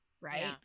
right